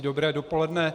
Dobré dopoledne.